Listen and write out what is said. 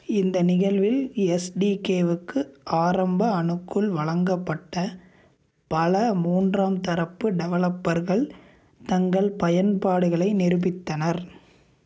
இந்த நிகழ்வில் எஸ் டி கேவுக்கு ஆரம்ப அணுக்கல் வழங்கப்பட்ட பல மூன்றாம் தரப்பு டெவலப்பர்கள் தங்கள் பயன்பாடுகளை நிரூப்பித்தனர்